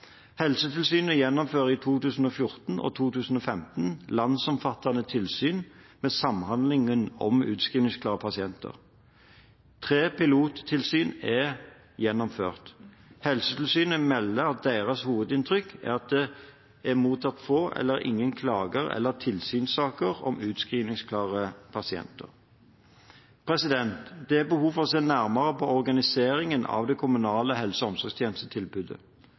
Helsetilsynet gjennomfører i 2014 og 2015 landsomfattende tilsyn med samhandlingen om utskrivningsklare pasienter. Tre pilottilsyn er gjennomført. Helsetilsynet melder at deres hovedinntrykk er at det er mottatt få eller ingen klage- eller tilsynssaker om utskrivningsklare pasienter. Det er behov for å se nærmere på organiseringen av det kommunale helse- og omsorgstjenestetilbudet.